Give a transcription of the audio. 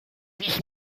ich